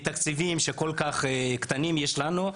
מהתקציבים הכל כך קטנים שיש לנו.